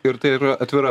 ir tai yra atvira